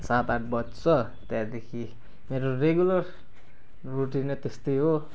सात आठ बज्छ त्यहाँदेखि मेरो रेगुलर रुटिनै त्यस्तै हो